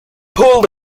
pulled